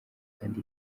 kandi